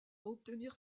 obtenir